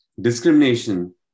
discrimination